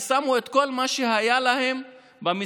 ושמו את כל מה שהיה להם במסעדה,